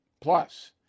Plus